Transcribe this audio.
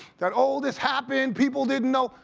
that all this happened, people didn't know,